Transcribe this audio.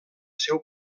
seu